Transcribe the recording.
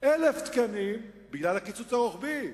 1,000 תקנים בגלל הקיצוץ הרוחבי,